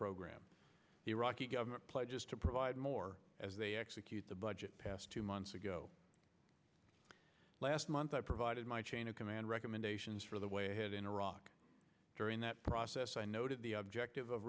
program the iraqi government pledges to provide more as they execute the budget passed two months ago last month i provided my chain of command recommendations for the way ahead in iraq during that process i noted the objective of